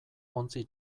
ontzi